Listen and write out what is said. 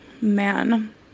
man